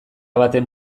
baten